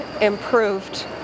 improved